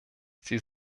sie